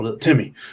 Timmy